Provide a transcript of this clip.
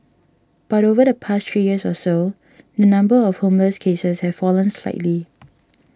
but over the past three years or so the number of homeless cases has fallen slightly